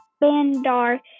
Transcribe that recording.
Bandar